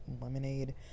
lemonade